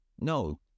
No